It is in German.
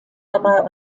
dabei